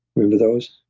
remember those?